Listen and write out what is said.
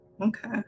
Okay